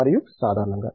మరియు సాధారణంగా